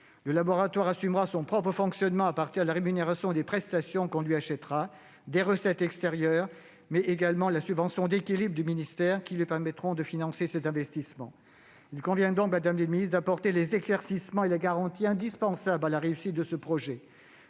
Le laboratoire assumera lui-même le coût de son fonctionnement à partir de la rémunération des prestations qu'on lui achètera, de recettes extérieures, mais également de la subvention d'équilibre du ministère des sports, qui lui permettront de financer ses investissements. Il convient donc, madame la ministre, d'apporter les éclaircissements et les garanties indispensables à la réussite de ce projet.